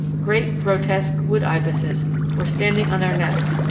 great, grotesque wood ibises were standing on their nests,